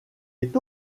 est